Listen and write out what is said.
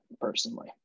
personally